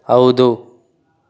ಹೌದು